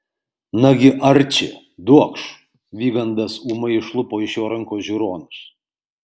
nagi arči duokš vygandas ūmai išlupo iš jo rankos žiūronus